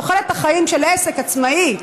תוחלת החיים של עסק עצמאי,